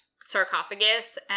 sarcophagus